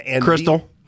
Crystal